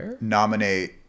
nominate